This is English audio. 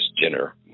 dinner